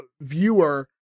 viewer